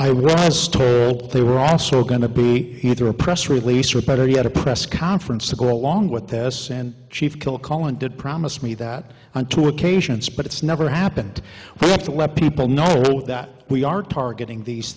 up they were also going to be either a press release or better yet a press conference to go along with this and chief kilcullen did promise me that on two occasions but it's never happened we have to let people know that we are targeting these